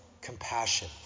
compassion